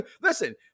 listen